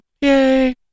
Yay